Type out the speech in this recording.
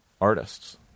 artists